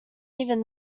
even